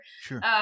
Sure